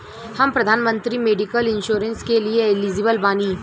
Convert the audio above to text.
हम प्रधानमंत्री medical insurance के लिए एलिजिबल बानी?